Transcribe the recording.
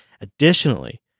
Additionally